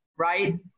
right